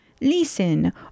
Listen